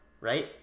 right